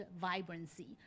vibrancy